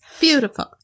Beautiful